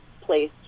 place